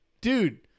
Dude